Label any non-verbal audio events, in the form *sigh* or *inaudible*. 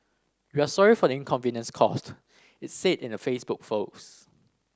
we are sorry for the inconvenience caused it said in a Facebook *unintelligible*